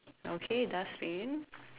okay dustbin